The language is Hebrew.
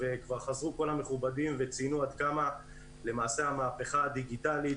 כבר חזרו כל המכובדים וציינו עד כמה למעשה המהפכה הדיגיטלית